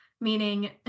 meaning